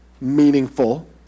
meaningful